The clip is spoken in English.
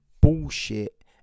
bullshit